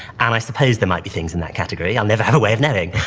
and i supposed there might be things in that category i'll never have a way of knowing.